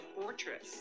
Fortress